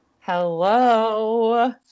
Hello